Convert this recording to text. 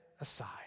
aside